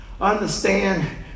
understand